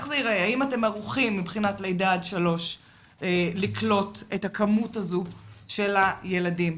האם אתם ערוכים מבחינת לידה עד שלוש לקלוט את הכמות הזו של הילדים?